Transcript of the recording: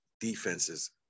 defenses